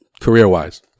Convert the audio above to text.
career-wise